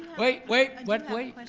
wait, wait wait, wait.